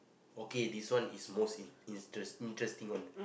okay this one is most in~ interesting one